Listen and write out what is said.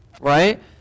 Right